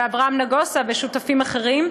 אברהם נגוסה ושותפים אחרים,